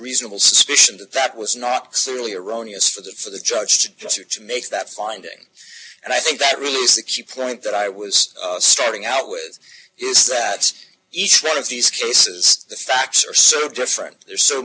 reasonable suspicion that that was not certainly erroneous for the for the judged to make that finding and i think that really is the key point that i was starting out with is that each one of these cases the facts are served different they're so